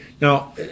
Now